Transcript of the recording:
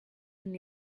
and